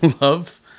love